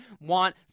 want